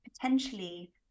potentially